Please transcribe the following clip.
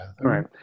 Right